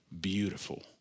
beautiful